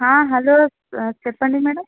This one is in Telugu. హలో చెప్పండి మ్యాడమ్